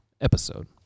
episode